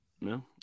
no